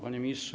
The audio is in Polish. Panie Ministrze!